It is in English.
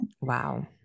Wow